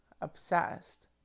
obsessed